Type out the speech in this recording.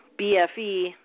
BFE